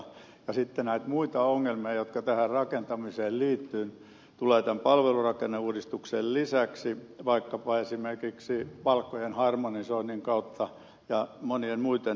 sitten näitä muita ongelmia joita tähän rakentamiseen liittyy tulee tämän palvelurakenneuudistuksen lisäksi vaikkapa palkkojen harmonisoinnin kautta ja monien muitten tämmöisten kautta